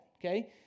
okay